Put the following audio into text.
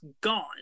gone